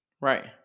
Right